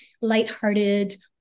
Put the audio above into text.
lighthearted